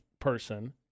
person